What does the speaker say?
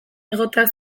egoteak